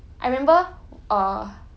I know he's he's like very strict